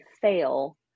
fail